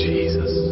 Jesus